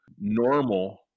normal